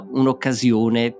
un'occasione